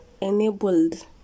enabled